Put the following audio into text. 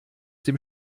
dem